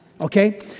Okay